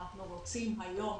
אנחנו רוצים היום,